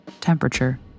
temperature